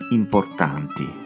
importanti